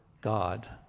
God